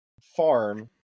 farm